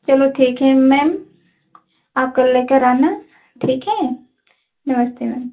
चलो ठीक है मैम आप कल लेकर आना ठीक है नमस्ते मैम